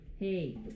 Hey